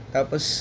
Tapos